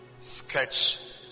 sketch